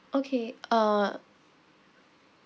okay uh